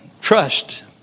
trust